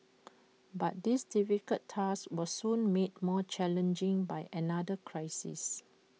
but this difficult task was soon made more challenging by another crisis